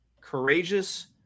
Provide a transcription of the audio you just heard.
courageous